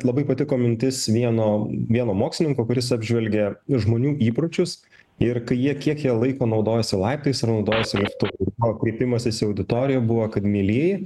labai patiko mintis vieno vieno mokslininko kuris apžvelgė žmonių įpročius ir kai jie kiek jie laiko naudojosi laiptais ar naudojosi liftu o kreipimasis į auditoriją buvo kad mielieji